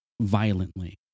violently